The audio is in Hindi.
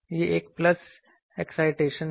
यह एक पल्स एक्साइटेशन है